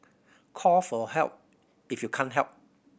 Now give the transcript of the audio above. call for help if you can't help